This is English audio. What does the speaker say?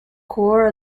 core